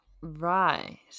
Right